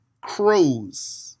crows